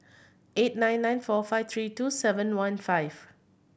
eight nine nine four five three two seven one five